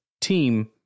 team